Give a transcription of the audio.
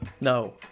No